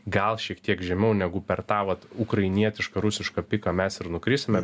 gal šiek tiek žemiau negu per tą vat ukrainietišką rusišką piką mes ir nukrisime